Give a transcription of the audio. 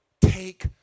Take